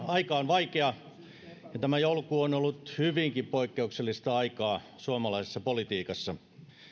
aika on vaikea ja tämä joulukuu on ollut hyvinkin poikkeuksellista aikaa suomalaisessa politiikassa